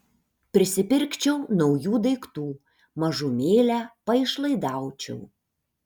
prisipirkčiau naujų daiktų mažumėlę paišlaidaučiau